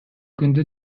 күндү